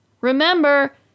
remember